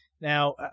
Now